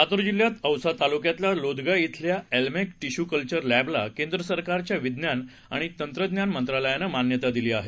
लातूर जिल्ह्यात औसा तालुक्यातल्या लोदगा शिल्या अल्मॅक टिशू कल्चर लॅबला केंद्र सरकारच्या विज्ञान आणि तंत्रज्ञान मंत्रालयानं मान्यता दिली आहे